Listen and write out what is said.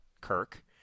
Kirk